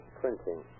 printing